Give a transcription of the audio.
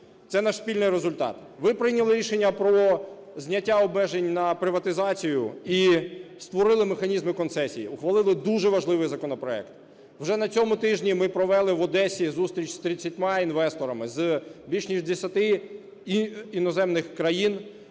Це – наш спільний результат. Ви прийняли рішення про зняття обмежень на приватизацію і створили механізми концесії, ухвалили дуже важливий законопроект. Вже на цьому тижні ми провели в Одесі зустріч з тридцятьма інвесторами з більш ніж десяти іноземних країн,